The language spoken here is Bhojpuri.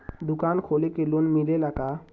दुकान खोले के लोन मिलेला का?